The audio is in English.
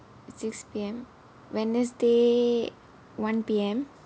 six P_M wednesday one P_M